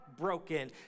broken